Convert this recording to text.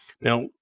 Now